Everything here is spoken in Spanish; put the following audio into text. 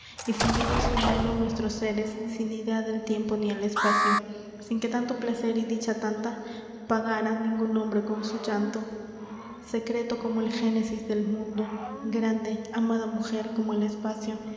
fundidos en uno nuestros séres sin idea del tiempo ni el espacio sin que tanto placer y dicha tanta pagára ningun hombre con su llanto secreto como el génesis del mundo grande amada mujer como el espacio